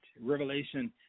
Revelation